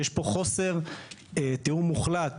יש פה חוסר תיאום מוחלט